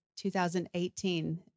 2018